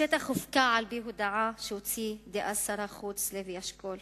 השטח הופקע על-פי הודעה שהוציא שר האוצר דאז לוי אשכול,